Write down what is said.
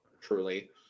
Truly